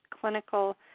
clinical